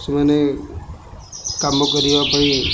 ସେମାନେ କାମ କରିବା ପାଇଁ